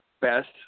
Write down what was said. best